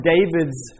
David's